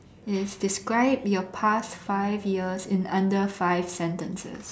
is describe your past five years in under five sentences